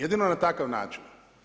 Jedino na takav način.